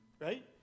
right